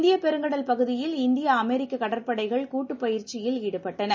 இந்திய பெருங்கடல் பகுதியில் இந்திய அமெரிக்க கடற்படைகள் கூட்டு பயிற்சியில் ஈடுபட்டன